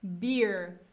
beer